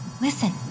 Listen